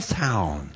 town